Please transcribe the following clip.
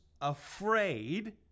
afraid